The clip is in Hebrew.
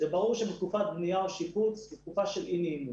ברור שתקופת בנייה או שיפוץ היא תקופה של אי נעימות.